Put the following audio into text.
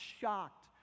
shocked